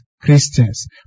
Christians